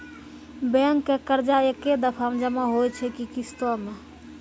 Bank के कर्जा ऐकै दफ़ा मे जमा होय छै कि किस्तो मे?